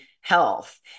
health